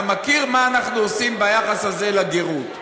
אתה מכיר מה אנחנו עושים ביחס הזה לגרות.